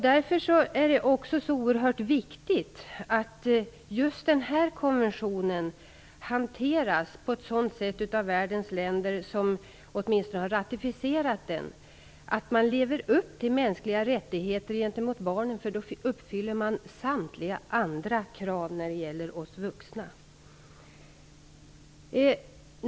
Därför är det också oerhört viktigt att just den här konventionen hanteras på ett sådant sätt att åtminstone de av världens länder som har ratificerat den lever upp till mänskliga rättigheter gentemot barnen, för då uppfyller man samtliga andra krav när det gäller oss vuxna.